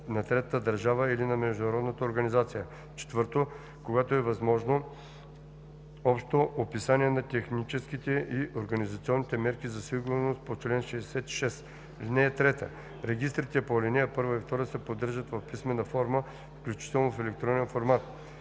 на третата държава или на международната организация; 4. когато е възможно, общо описание на техническите и организационните мерки за сигурност по чл. 66. (3) Регистрите по ал. 1 и 2 се поддържат в писмена форма, включително в електронен формат.